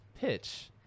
pitch